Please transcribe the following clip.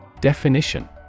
Definition